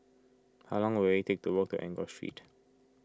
how long will it take to walk Enggor Street